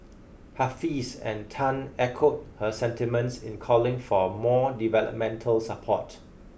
Hafiz and Tan echoed her sentiments in calling for more developmental support